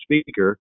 speaker